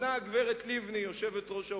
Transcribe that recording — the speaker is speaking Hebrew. עונה הגברת לבני, יושבת-ראש האופוזיציה: